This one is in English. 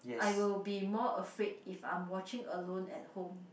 I will be more afraid if I'm watching alone at home